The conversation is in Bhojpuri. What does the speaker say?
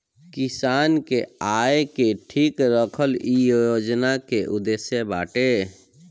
किसान के आय के ठीक रखल इ योजना के उद्देश्य बाटे